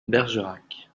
bergerac